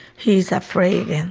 he's afraid.